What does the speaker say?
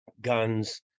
guns